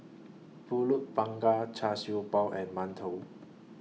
Pulut Panggang Char Siew Bao and mantou